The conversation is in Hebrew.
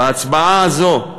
בהצבעה הזאת,